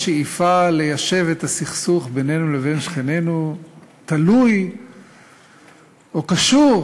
ליישב את הסכסוך בינינו לבין שכנינו תלוי או קשור